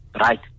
right